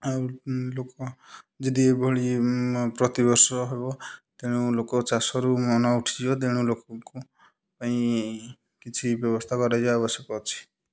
ଆଉ ଲୋକ ଯଦି ଏଭଳି ପ୍ରତିବର୍ଷ ହେବ ତେଣୁ ଲୋକ ଚାଷରୁ ମନ ଉଠିଯିବ ତେଣୁ ଲୋକଙ୍କ ପାଇଁ କିଛି ବ୍ୟବସ୍ଥା କରାଯିବା ଆବଶ୍ୟକ ଅଛି